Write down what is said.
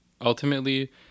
Ultimately